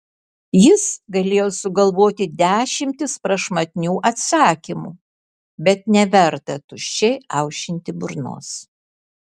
jis galėjo sugalvoti dešimtis prašmatnių atsakymų bet neverta tuščiai aušinti burnos